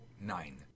nine